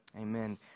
Amen